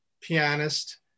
pianist